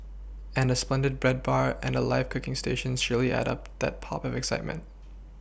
and a splendid bread bar and the live cooking stations surely add that pop of excitement